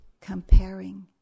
comparing